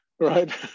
Right